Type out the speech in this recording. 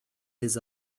his